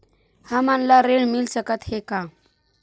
हमन ला ऋण मिल सकत हे का?